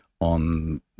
on